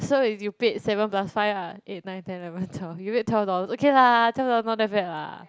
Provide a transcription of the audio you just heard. so if you paid seven plus five ah eight nine ten eleven twelve you made twelve dollars okay lah twelve dollar not that bad lah